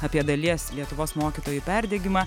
apie dalies lietuvos mokytojų perdegimą